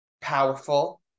powerful